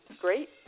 Great